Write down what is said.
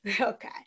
Okay